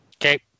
Okay